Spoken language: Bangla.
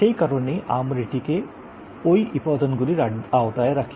সেই কারণেই আমরা এটিকে এই উপাদানগুলির আওতায় রাখি